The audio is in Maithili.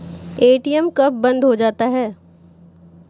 ए.टी.एम कब बंद हो जाता हैं?